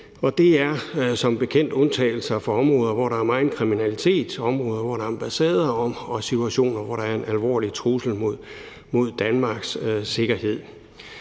Det er som bekendt undtagelser for områder, hvor der er meget kriminalitet, områder, hvor der er ambassader, og i situationer, hvor der er en alvorlig trussel mod Danmarks sikkerhed.